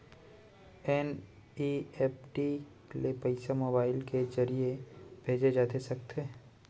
NEFT ले पइसा mobile के ज़रिए भेजे जाथे सकथे?